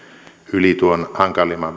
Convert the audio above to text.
yli tuon hankalimman